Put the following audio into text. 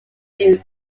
nudes